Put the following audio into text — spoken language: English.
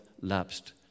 lapsed